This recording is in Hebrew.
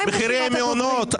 מחירי המעונות,